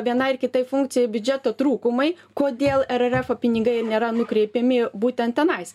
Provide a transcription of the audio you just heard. vienai ar kitai funkcijai biudžeto trūkumai kodėl ererefo pinigai nėra nukreipiami būtent tenais